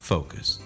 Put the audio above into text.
Focus